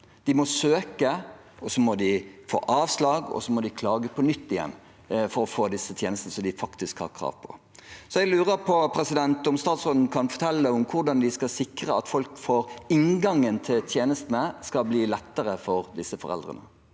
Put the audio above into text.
De må søke, så får de avslag, og så må de klage på nytt igjen for å få de tjenestene de faktisk har krav på. Jeg lurer på om statsråden kan fortelle hvordan de skal sikre at inngangen til tjenestene skal bli lettere for disse foreldrene.